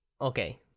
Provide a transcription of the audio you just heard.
Okay